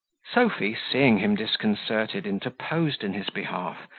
sophy, seeing him disconcerted, interposed in his behalf,